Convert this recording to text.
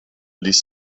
ließ